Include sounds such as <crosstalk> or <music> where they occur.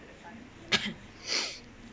<coughs> <noise>